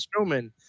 Strowman